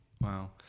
wow